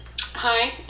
Hi